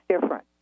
different